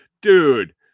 dude